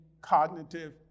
cognitive